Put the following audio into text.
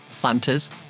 planters